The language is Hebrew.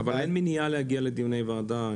אין מניעה להגיע לדיוני וועדה.